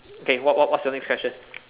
K what what's your next question